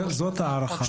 זאת הערכה.